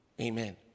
Amen